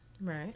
Right